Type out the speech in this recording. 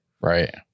Right